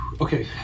Okay